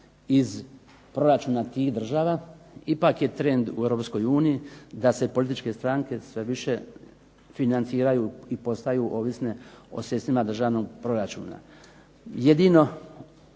iz proračuna tih država ipak je trend u Europskoj uniji da se političke stranke sve više financiraju i postaju ovisne o sredstvima državnog proračuna. Jedino